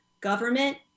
government